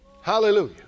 Hallelujah